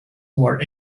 were